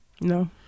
No